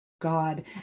God